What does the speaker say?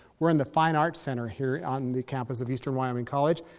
we're in the fine arts center here on the campus of eastern wyoming college.